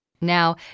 Now